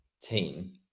team